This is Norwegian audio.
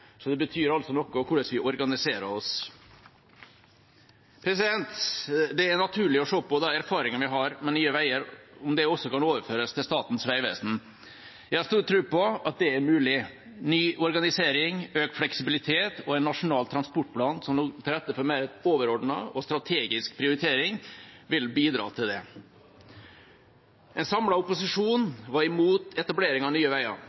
så langt tilsvarer bortimot 100 km med firefelts vei. Det betyr altså noe hvordan vi organiserer oss. Det er naturlig å se på de erfaringene vi har med Nye veier, om det også kan overføres til Statens vegvesen. Jeg har stor tro på at det er mulig. Ny organisering, økt fleksibilitet og en nasjonal transportplan som legger til rette for mer overordnet og strategisk prioritering, vil bidra til det. En samlet opposisjon var imot etablering av Nye veier.